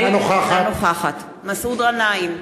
אינה נוכחת מסעוד גנאים,